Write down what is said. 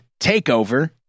takeover